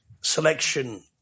selection